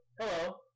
hello